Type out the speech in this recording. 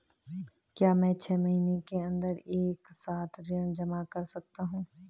क्या मैं छः महीने के अन्दर एक साथ ऋण जमा कर सकता हूँ?